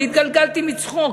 אני התגלגלתי מצחוק,